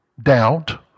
doubt